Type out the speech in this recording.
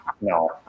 no